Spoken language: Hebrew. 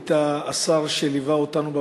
היית השר שליווה אותנו בוועדה,